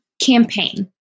campaign